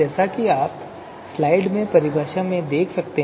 जैसा कि आप स्लाइड में परिभाषा भी देख सकते हैं